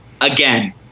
again